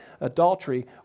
adultery